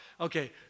okay